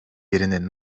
yerini